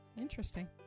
interesting